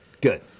Good